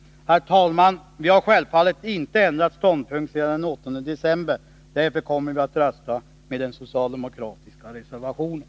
Herr talman! Vi har självfallet inte ändrat ståndpunkt sedan den 8 december. Därför kommer vi att rösta för den socialdemokratiska reservationen.